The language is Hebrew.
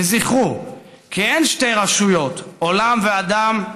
וזכרו כי אין שתי רשויות, עולם ואדם,